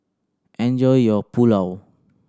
enjoy your Pulao